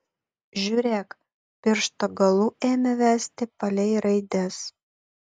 žiūrėk piršto galu ėmė vesti palei raides